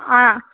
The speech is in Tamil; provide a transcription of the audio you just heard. ஆ